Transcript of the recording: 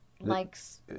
likes